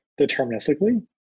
deterministically